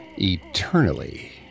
eternally